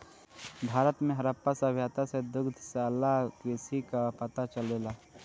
भारत में हड़प्पा सभ्यता से दुग्धशाला कृषि कअ पता चलेला